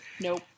Nope